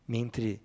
Mentre